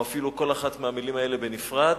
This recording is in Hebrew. או אפילו כל אחת מהמלים האלה בנפרד